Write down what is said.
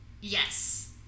Yes